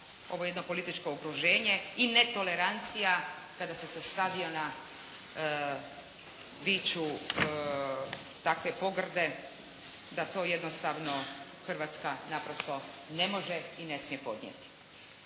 ovo jedno političko okruženje i netolerancija kada se sa stadiona viču takve pogrde da to jednostavno Hrvatska naprosto ne može i ne smije podnijeti.